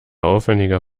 aufwendiger